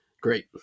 Great